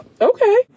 Okay